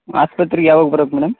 ಆಸ್ಪತ್ರೆಗೆ ಯಾವಾಗ ಬರ್ಬೆಕು ಮೇಡಮ್